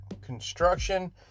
construction